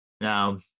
Now